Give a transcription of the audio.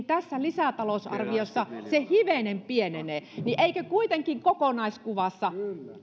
tässä lisätalousarviossa se hivenen pienenee niin eikö kuitenkin kokonaiskuvassa